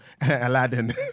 Aladdin